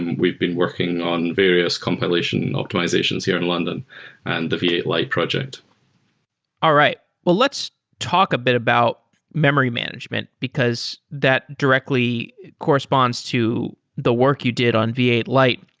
and we've been working on various compilation optimizations here in london and the v eight lite project all right. but let's talk a bit about memory management, because that directly corresponds to the work you did on v eight lite.